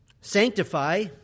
Sanctify